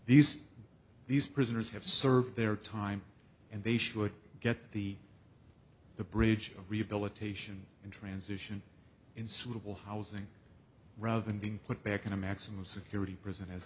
these these prisoners have served their time and they should get the the bridge of rehabilitation and transition in suitable housing rather than being put back in a maximum security prison